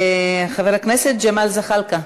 חבר הכנסת ג'מאל זחאלקה,